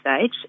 stage